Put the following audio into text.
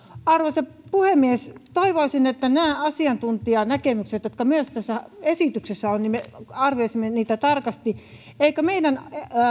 arvoisa puhemies toivoisin että näitä asiantuntijanäkemyksiä jotka myös tässä esityksessä ovat me arvioisimme tarkasti eikö meidän